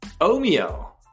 Omeo